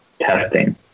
testing